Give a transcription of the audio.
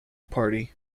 party